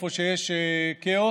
איפה שיש כאוס,